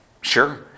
Sure